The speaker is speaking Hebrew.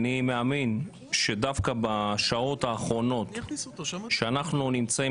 אני מאמין שדווקא בשעות האחרונות בהן אנחנו נמצאים